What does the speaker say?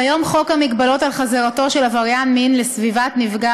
כיום חוק מגבלות על חזרתו של עבריין מין לסביבת נפגע